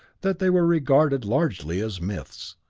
that they were regarded largely as myths.